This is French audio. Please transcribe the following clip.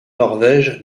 norvège